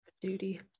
duty